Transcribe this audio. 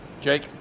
Jake